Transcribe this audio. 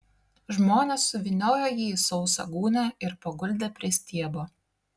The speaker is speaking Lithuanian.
žmonės suvyniojo jį į sausą gūnią ir paguldė prie stiebo